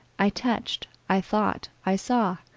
i touched, i thought, i saw,